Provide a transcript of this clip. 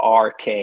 RK